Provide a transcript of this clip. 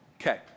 Okay